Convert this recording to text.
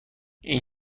این